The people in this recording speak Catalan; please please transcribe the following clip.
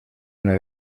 una